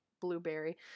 blueberry